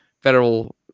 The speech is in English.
federal